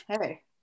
hey